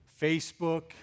Facebook